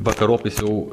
vakarop jis jau